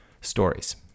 stories